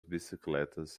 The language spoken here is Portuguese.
bicicletas